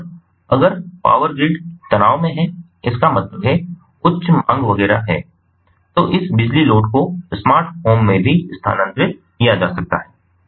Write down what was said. और अगर power grid तनाव में है इसका मतलब है उच्च मांग वगैरह है तो इस बिजली लोड को स्मार्ट होम में भी स्थानांतरित किया जा सकता है